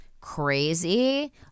crazy